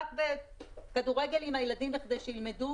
רק בכדורגל עם הילדים בכדי שילמדו,